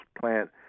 plant